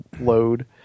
load